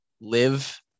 live